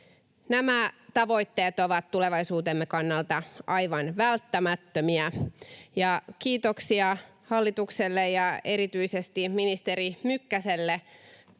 Nämä tavoitteet ovat tulevaisuutemme kannalta aivan välttämättömiä. Kiitoksia hallitukselle ja erityisesti ministeri Mykkäselle